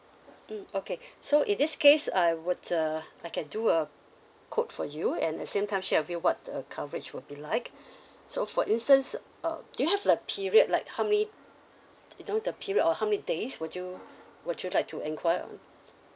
mm okay so in this case I what uh I can do uh quote for you at the same time share with you what a coverage would be like so for instance uh do you have like period like how many you know the period of how many days would you um would you like to inquire on